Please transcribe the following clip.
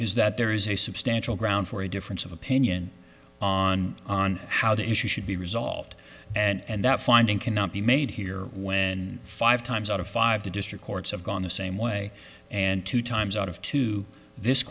is that there is a substantial ground for a difference of opinion on on how the issue should be resolved and that finding cannot be made here when five times out of five the district courts have gone the same way and two times out of two this